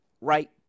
right